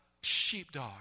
sheepdog